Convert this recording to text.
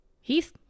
Heath